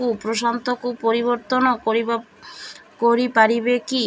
ପ୍ରଶାନ୍ତକୁ ପରିବର୍ତ୍ତନ କରିପାରିବେ କି